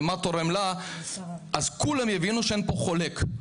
ומה תורם לה אז כולם יבינו שאין פה מחלוקת,